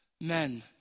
men